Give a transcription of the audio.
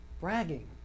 Bragging